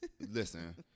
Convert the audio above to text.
listen